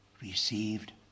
Received